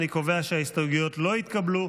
אני קובע שההסתייגויות לא התקבלו.